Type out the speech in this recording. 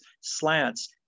slants